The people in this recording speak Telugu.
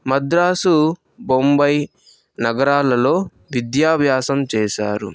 మద్రాసు బొంబాయి నగరాలలో విద్యాభ్యాసం చేశారు